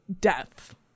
death